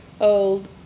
old